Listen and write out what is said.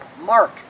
mark